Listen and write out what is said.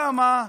למה?